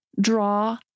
draw